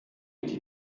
été